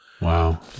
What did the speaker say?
Wow